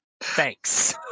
Thanks